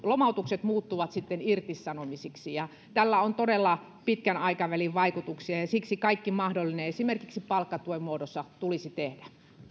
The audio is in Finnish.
lomautukset muuttuvat irtisanomisiksi tällä on todella pitkän aikavälin vaikutuksia ja siksi kaikki mahdollinen esimerkiksi palkkatuen muodossa tulisi tehdä